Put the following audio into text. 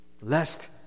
Lest